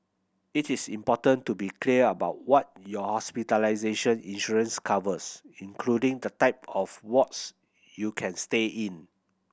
it is important to be clear about what your hospitalization insurance covers including the type of wards you can stay in